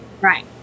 right